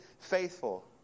faithful